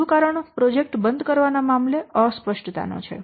બીજું કારણ પ્રોજેક્ટ બંધ કરવાના મામલે અસ્પષ્ટતા નો છે